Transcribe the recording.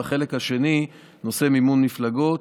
החלק השני הוא נושא מימון המפלגות.